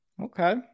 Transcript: Okay